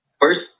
First